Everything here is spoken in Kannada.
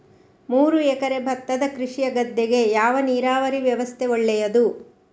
ಮೂರು ಎಕರೆ ಭತ್ತದ ಕೃಷಿಯ ಗದ್ದೆಗೆ ಯಾವ ನೀರಾವರಿ ವ್ಯವಸ್ಥೆ ಒಳ್ಳೆಯದು?